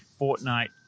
Fortnite